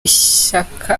ishyaka